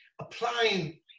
applying